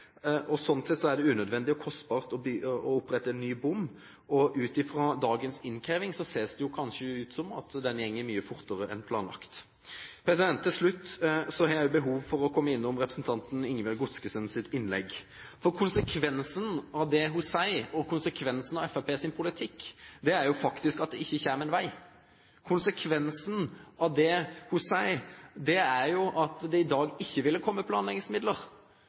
Sånn sett er det unødvendig og kostbart å opprette en ny bom, og ut fra dagens innkreving, ser det ut som det går mye raskere en planlagt. Til slutt vil jeg komme innom representanten Ingebjørg Godskesens innlegg. For konsekvensen av det hun sier, og konsekvensen av Fremskrittspartiets politikk, er at det faktisk ikke kommer en vei. Konsekvensene av det hun sier, er at det i dag ikke ville komme planleggingsmidler.